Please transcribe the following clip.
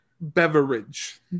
beverage